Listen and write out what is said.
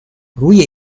روی